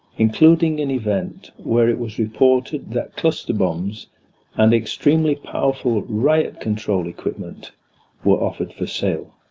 including an event where it was reported, that cluster bombs and extremely powerful riot control equipment were offered for sale.